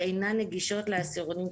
שאינן נגישות לעשירונים,